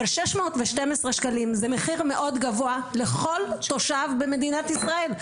אבל 612 ש"ח זה מחיר מאד גבוה לכל תושב במדינת ישראל.